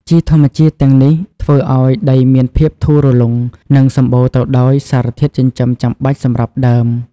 ជីធម្មជាតិទាំងនេះធ្វើឲ្យដីមានភាពធូរលុង និងសម្បូរទៅដោយសារធាតុចិញ្ចឹមចាំបាច់សម្រាប់ដើម។